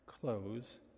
close